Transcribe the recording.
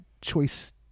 choice